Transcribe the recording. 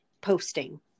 posting